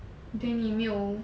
then 你没有